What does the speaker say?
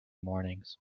mornings